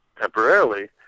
temporarily